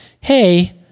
Hey